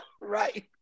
Right